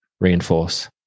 reinforce